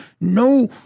no